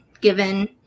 given